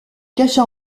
cacha